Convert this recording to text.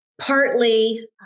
partly